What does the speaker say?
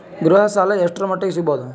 ಗೃಹ ಸಾಲ ಎಷ್ಟರ ಮಟ್ಟಿಗ ಸಿಗಬಹುದು?